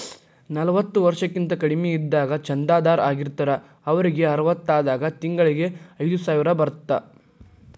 ನಲವತ್ತ ವರ್ಷಕ್ಕಿಂತ ಕಡಿಮಿ ಇದ್ದಾಗ ಚಂದಾದಾರ್ ಆಗಿರ್ತಾರ ಅವರಿಗ್ ಅರವತ್ತಾದಾಗ ತಿಂಗಳಿಗಿ ಐದ್ಸಾವಿರ ಬರತ್ತಾ